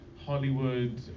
Hollywood